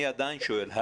שואל.